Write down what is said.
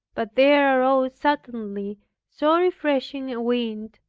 but there arose suddenly so refreshing a wind,